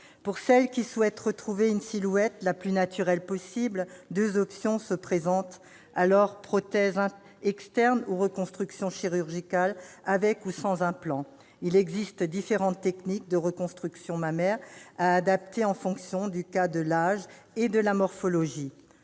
Pour celles qui souhaitent retrouver une silhouette la plus naturelle possible, deux options se présentent : prothèse externe ou reconstruction chirurgicale avec ou sans implant. Il existe différentes techniques de reconstruction mammaire, à adapter en fonction du cas, de l'âge et de la morphologie.